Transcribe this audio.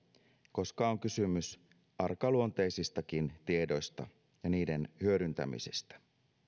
koska on kysymys arkaluonteisistakin tiedoista ja niiden hyödyntämisestä